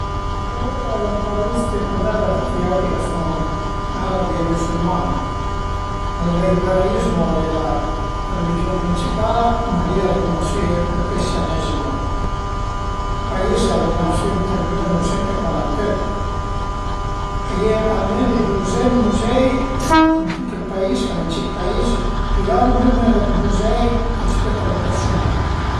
Ën gener la müzica ch'a m'pias ades al e cula ch'a m'piazìa cuandi i eru giuvu, al e pa cambià granché, a m'piazìa e a m'pias la müzica pop, ën po ël rock, cul pa trop dür, pöi a m'piazu tantissim i cantautori dë i an stanta e utanta, cui d'ades ënvece i trövu pa vaire ën gamba